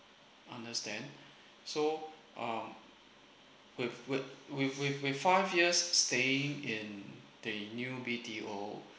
understand so um with with with with with five years staying in the new B_T_O